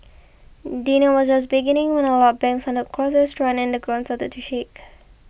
dinner was just beginning when a loud bang sounded across the restaurant and the ground started to shake